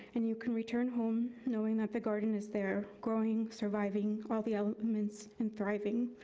and you can return home knowing that the garden is there, growing, surviving all the elements, and thriving,